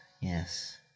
Yes